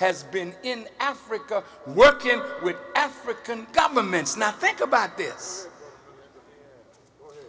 has been in africa working with african governments not think about this